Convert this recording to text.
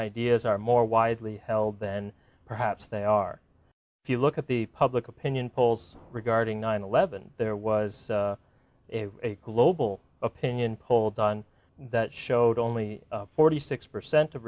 ideas are more widely held then perhaps they are if you look at the public opinion polls regarding nine eleven there was a global opinion poll done that showed only forty six percent of